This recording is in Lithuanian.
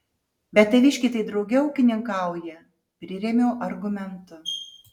bet taviškiai tai drauge ūkininkauja prirėmiau argumentu